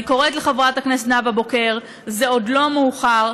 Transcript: אני קוראת לחברת הכנסת נאוה בוקר: זה עוד לא מאוחר.